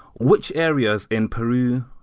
which areas in peru,